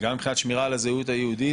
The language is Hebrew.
וגם מבחינת השמירה על הזהות היהודית,